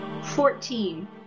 Fourteen